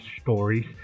stories